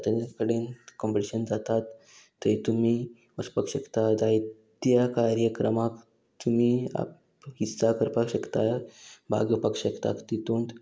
जाता त्या कडेन कॉम्पटिशन जातात थंय तुमी वचपाक शकता जायत्या कार्यक्रमाक तुमी हिस्सा करपाक शकता भाग घेवपाक शकता तितूंत